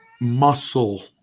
muscle